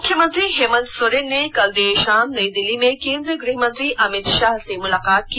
मुख्यमंत्री हेमन्त सोरेन ने कल देर भााम नई दिल्ली में केन्द्रीय गृह मंत्री अमित भााह से मुलाकात की